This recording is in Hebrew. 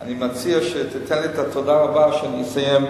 אני מציע שתיתן לי את התודה רבה כשאסיים.